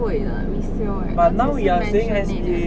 贵的 resale eh 不是 maisonette eh